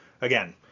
again